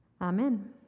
Amen